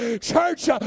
Church